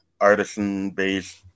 artisan-based